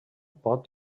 pot